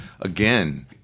again